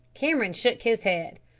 cameron shook his head.